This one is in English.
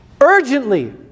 urgently